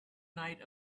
night